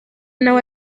nawe